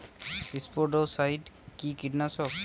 স্পোডোসাইট কি কীটনাশক?